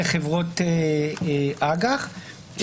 לחברות אג"ח.